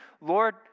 lord